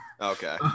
Okay